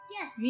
Yes